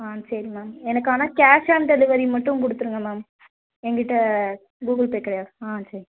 ஆ சரி மேம் எனக்கு ஆனால் கேஷ் ஆன் டெலிவரி மட்டும் கொடுத்துடுங்க மேம் என்கிட்டே கூகுள் பே கிடையாது ஆ சரி